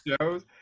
shows